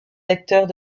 acteurs